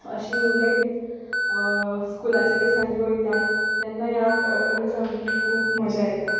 अशीं उलयत स्कुलाच्या दिसांनी वयतात तेन्ना याद काडून सामकी खूब मजा येता